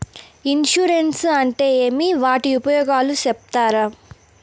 Insurance అంటే ఏమి? వాటి ఉపయోగాలు సెప్తారా?